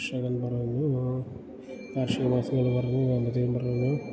കർഷകൻ എന്ന് പറഞ്ഞു കാർഷികമാസികകൾ പറഞ്ഞു പറഞ്ഞു